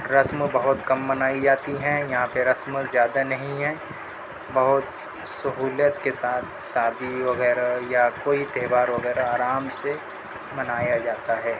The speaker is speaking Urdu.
رسم بہت کم منائی جاتی ہیں یہاں پہ رسم زیادہ نہیں ہے بہت سہولت کے ساتھ سادی وغیرہ یا کوئی تہوار وغیرہ آرام سے منایا جاتا ہے